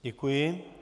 Děkuji.